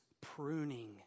pruning